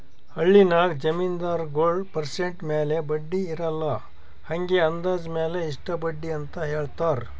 ಹಳ್ಳಿನಾಗ್ ಜಮೀನ್ದಾರಗೊಳ್ ಪರ್ಸೆಂಟ್ ಮ್ಯಾಲ ಬಡ್ಡಿ ಇರಲ್ಲಾ ಹಂಗೆ ಅಂದಾಜ್ ಮ್ಯಾಲ ಇಷ್ಟ ಬಡ್ಡಿ ಅಂತ್ ಹೇಳ್ತಾರ್